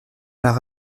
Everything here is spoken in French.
par